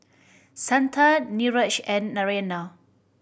Santha Niraj and Narayana